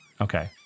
Okay